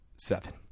Seven